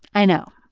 i know.